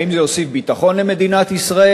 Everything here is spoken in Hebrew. האם זה הוסיף ביטחון למדינת ישראל?